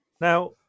Now